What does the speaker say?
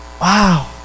Wow